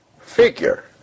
figure